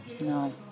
No